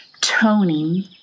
Toning